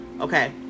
okay